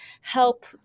help